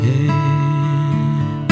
end